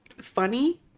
funny